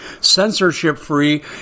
censorship-free